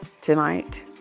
tonight